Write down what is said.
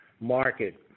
market